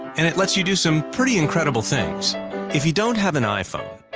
and it lets you do some pretty incredible things if you don't have an iphone,